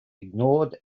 ignored